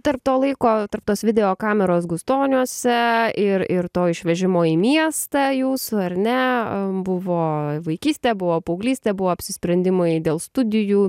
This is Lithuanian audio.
tarp to laiko tarp tos videokameros gustoniuose ir ir to išvežimo į miestą jūsų ar ne buvo vaikystė buvo paauglystė buvo apsisprendimai dėl studijų